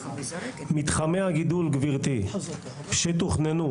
מתחמי הגידול שתוכננו,